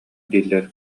дииллэрэ